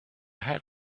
had